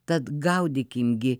tad gaudykim gi